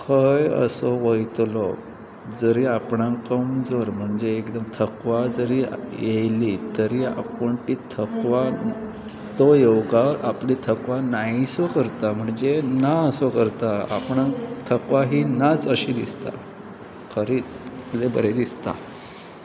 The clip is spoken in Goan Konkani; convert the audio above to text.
खंय असो वयतलो जरी आपणाक कमजोर म्हणजे एकदम थकवा जरी येयलो तरी आपूण ती थकवा तो योगा आपली थकवा नाहीसो करता म्हणजे ना असो करता आपणाक थकवा ही नाच अशी दिसता खरीच इतलें बरें दिसता